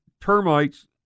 termites